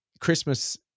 Christmas